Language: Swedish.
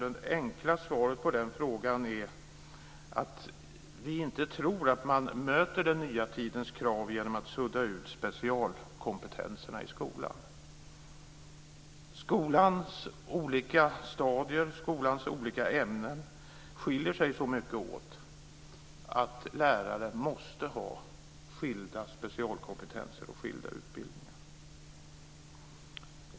Det enkla svaret på den frågan är att vi inte tror att man möter den nya tidens krav genom att sudda ut specialkompetenserna i skolan. Skolans olika stadier och olika ämnen skiljer sig så mycket åt att lärare måste ha skilda specialkompetenser och skilda utbildningar.